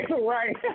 right